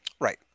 Right